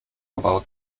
baut